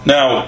Now